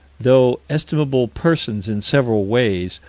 though estimable persons in several ways,